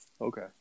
Okay